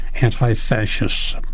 anti-fascists